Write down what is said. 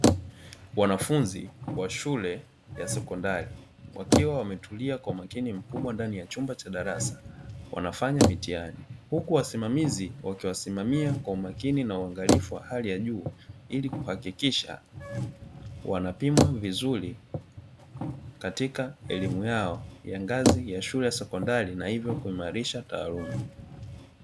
Wanafunzi wa shule ya sekondari wakiwa wametulia kwa umakini mkubwa ndani ya chumba cha darasa wanafanya mitihani, huku wasimamizi wakiwasimamia kwa umakini na uangalifu wa hali ya juu ili kuhakukisha wanapimwa vizuri katika elimu yao ya ngazi ya shule ya sekondari na hivyo kuimarisha taaluma.